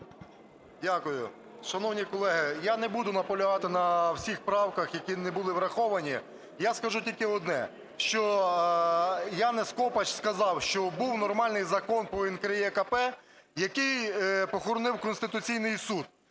Дякую. Шановні колеги, я не буду наполягати на всіх правках, які не були враховані. Я скажу тільки одне, що Янез Копач сказав, що був нормальний Закон по НКРЕКП, який похоронив Конституційний Суд.